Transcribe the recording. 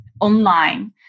online